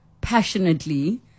passionately